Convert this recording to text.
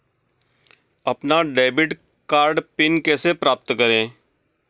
अपना debit card pin कैसे प्राप्त करें?